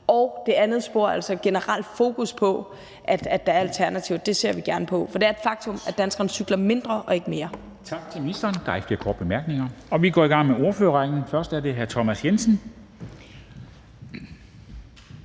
og det andet spor, altså at der er et generelt fokus på, at der er alternativer, ser vi gerne på, for det er et faktum, at danskerne cykler mindre og ikke mere.